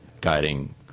guiding